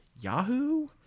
yahoo